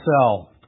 cell